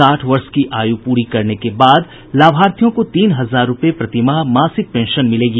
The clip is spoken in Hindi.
साठ वर्ष की आयु पूरी करने के बाद लाभार्थियों को तीन हजार रूपये प्रति माह मासिक पेंशन मिलेगी